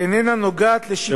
איננה נוגעת לשיקוליו של הפרט,